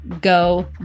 go